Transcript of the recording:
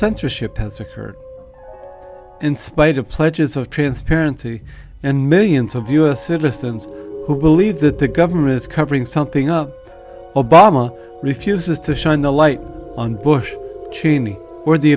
censorship has occurred in spite of pledges of transparency and millions of us citizens who believe that the government is covering something up obama refuses to shine a light on bush cheney or the